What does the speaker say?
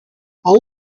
all